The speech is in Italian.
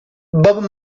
bob